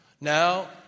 Now